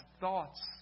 thoughts